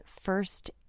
first